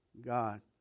God